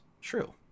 true